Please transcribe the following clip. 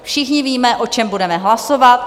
Všichni víme, o čem budeme hlasovat.